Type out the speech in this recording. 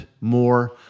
more